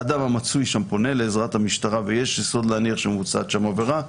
אדם המצוי שם פונה לעזרת המשטרה ויש יסוד להניח שמבוצעת שם עבירה,